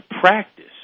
practice